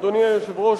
אדוני היושב-ראש,